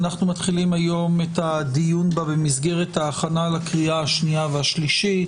אנו מתחילים היום את הדיון בה במסגרת ההכנה לקריאה השנייה והשלישית.